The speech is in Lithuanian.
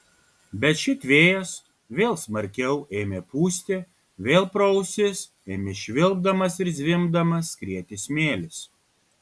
bet šit vėjas vėl smarkiau ėmė pūsti vėl pro ausis ėmė švilpdamas ir zvimbdamas skrieti smėlis